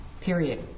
period